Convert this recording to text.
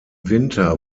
winter